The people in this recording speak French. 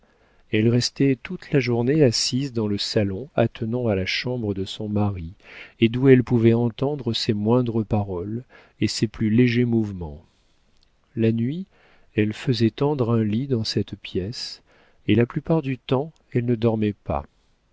elle restait toute la journée assise dans le salon attenant à la chambre de son mari et d'où elle pouvait entendre ses moindres paroles et ses plus légers mouvements la nuit elle faisait tendre un lit dans cette pièce et la plupart du temps elle ne dormait pas